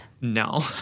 No